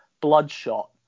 Bloodshot